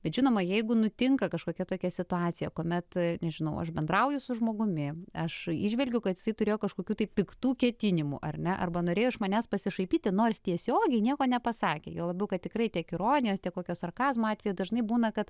bet žinoma jeigu nutinka kažkokia tokia situacija kuomet nežinau aš bendrauju su žmogumi aš įžvelgiu kad jisai turėjo kažkokių tai piktų ketinimų ar ne arba norėjo iš manęs pasišaipyti nors tiesiogiai nieko nepasakė juo labiau kad tikrai tiek ironijos tiek kokio sarkazmo atveju dažnai būna kad